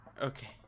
Okay